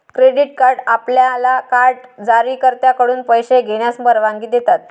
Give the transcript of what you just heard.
credit card आपल्याला card जारीकर्त्याकडून पैसे घेण्यास परवानगी देतात